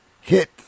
hit